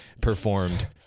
performed